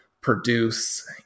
produce